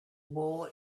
war